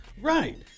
Right